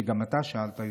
שאתה שאלת,